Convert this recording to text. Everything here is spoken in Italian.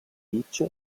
beach